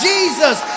Jesus